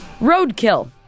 Roadkill